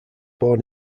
born